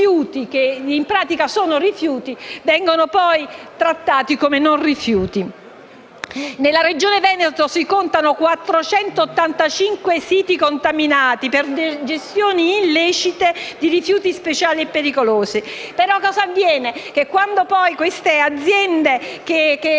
che in pratica sono rifiuti vengono poi trattati come non rifiuti. Nella Regione Veneto si contano 485 siti contaminati per gestioni illecite di rifiuti speciali e pericolosi; però, quando poi le aziende che hanno